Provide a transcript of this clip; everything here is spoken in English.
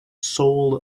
soul